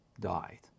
died